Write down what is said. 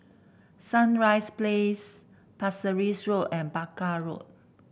Sunrise Place Pasir Ris Road and Barker Road